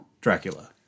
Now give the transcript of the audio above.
Dracula